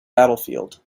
battlefield